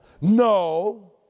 No